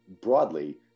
broadly